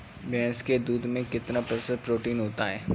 भैंस के दूध में कितना प्रतिशत प्रोटीन होता है?